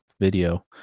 video